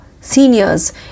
Seniors